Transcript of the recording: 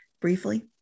briefly